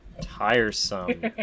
Tiresome